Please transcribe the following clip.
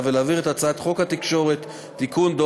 ולהעביר את הצעת חוק התקשורת (בזק ושידורים) (תיקון,